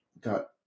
got